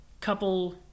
Couple